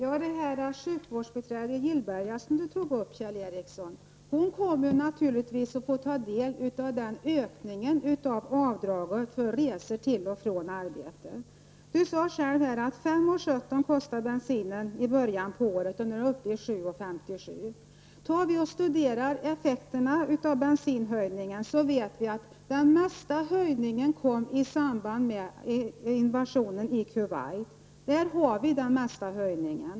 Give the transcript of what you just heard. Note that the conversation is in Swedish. Herr talman! Sjukvårdsbiträdet i Gillberga, som Kjell Ericsson tog som exempel, kommer naturligtvis att få ta del av ökningen av avdraget för resor till och från arbetet. Kjell Ericsson sade själv att bensinen kostade 5:17 i början av året. Nu är den uppe i 7:57 kr. Studerar vi effekterna av bensinprishöjningen vet vi att den mesta höjningen kom i samband med invasionen i Kuwait.